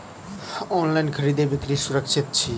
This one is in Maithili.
ऑनलाइन खरीदै बिक्री सुरक्षित छी